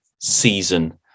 season